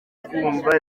kumva